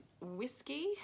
whiskey